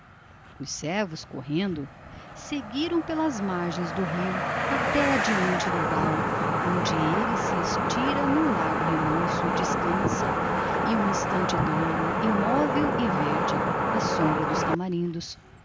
os servos correndo seguiram pelas margens do rio até adiante do vau onde ele se estira num largo remanso e descansa e um instante dorme imóvel e verde à sombra dos tamarindos